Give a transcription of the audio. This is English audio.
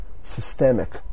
systemic